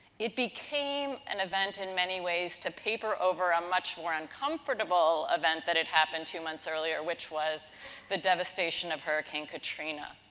it became an event, in many ways, to paper over a much more uncomfortable event that had happened two months earlier which was the devastation of hurricane katrina.